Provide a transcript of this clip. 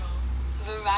variety